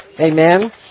Amen